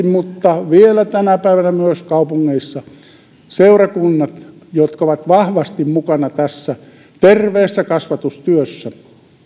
mutta vielä tänä päivänä myös kaupungeissa seurakunnat jotka ovat vahvasti mukana tässä terveessä kasvatustyössä